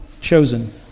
Chosen